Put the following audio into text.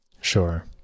Sure